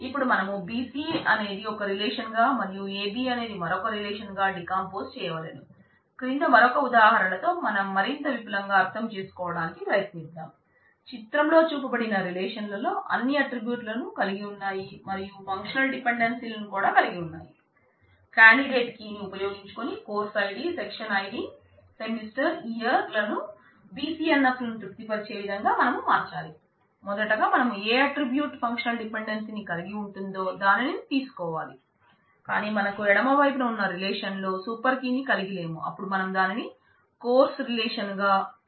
ఇపుడు మనం BC అనేది ఒక రిలేషన్ కీ ని కలిగి లేం అపుడు మనం దానిని కోర్స్ రిలేషన్ గా మరియు క్లాస్ రిలేషన్ గా విడగొట్టాలి